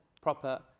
Proper